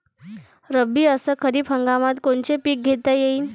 रब्बी अस खरीप हंगामात कोनचे पिकं घेता येईन?